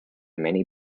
many